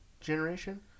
generation